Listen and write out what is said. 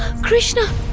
krishna!